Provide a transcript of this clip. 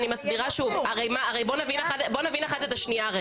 בואי נבין אחת את השנייה.